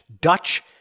Dutch